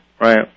Right